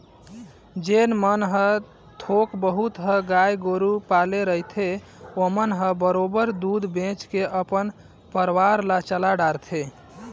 जेन मन ह थोक बहुत ह गाय गोरु पाले रहिथे ओमन ह बरोबर दूद बेंच के अपन परवार ल चला डरथे